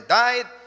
died